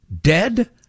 dead